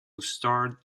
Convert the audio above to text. starred